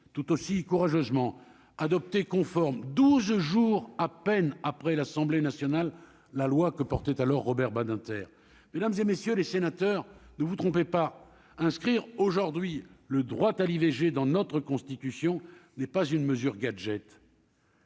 tout aussi courageusement adopté conforme 12 jours à peine après l'Assemblée nationale, la loi que portait alors, Robert Badinter, mesdames et messieurs les sénateurs, ne vous trompez pas inscrire aujourd'hui le droit à l'IVG dans notre Constitution n'est pas une mesure gadget.